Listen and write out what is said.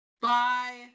bye